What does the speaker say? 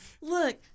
Look